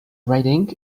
riding